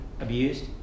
abused